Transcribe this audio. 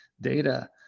data